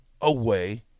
away